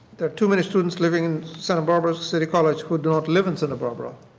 there are too many students living in santa barbara city college who do not live in santa barbara?